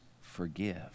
forgive